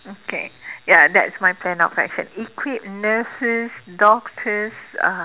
okay ya that's my plan of action equip nurses doctors uh